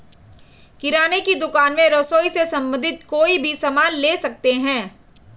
किराने की दुकान में रसोई से संबंधित कोई भी सामान ले सकते हैं